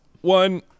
one